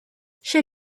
chez